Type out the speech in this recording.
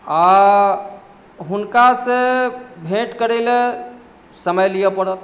आ हुनका से भेँट करैले समय लिअ पड़त